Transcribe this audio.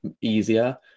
easier